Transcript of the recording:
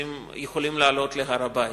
יכולים לעלות להר-הבית.